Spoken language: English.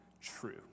true